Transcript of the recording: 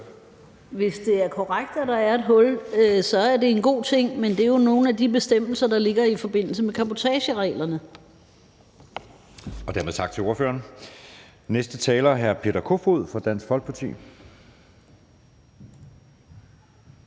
Hvis det er korrekt, at der er et hul, så er det en god ting. Men det er jo nogle af de bestemmelser, der ligger i forbindelse med cabotagereglerne. Kl. 11:47 Anden næstformand (Jeppe Søe): Dermed siger vi tak til ordføreren. Næste taler er hr. Peter Kofod fra Dansk Folkeparti.